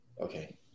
Okay